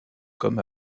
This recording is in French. comme